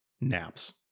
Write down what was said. naps